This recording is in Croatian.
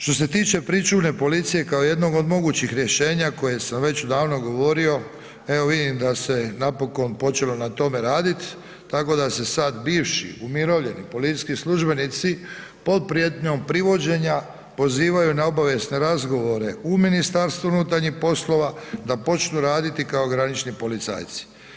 Što se tiče pričuvne policije kao jednog od mogućih rješenja koje sam već odavno govorio, evo vidim da se napokon počelo na tome radit, tako da se sad bivši, umirovljeni policijski službenici pod prijetnjom privođenja pozivaju na obavijesne razgovore u MUP, da počnu raditi kao granični policajci.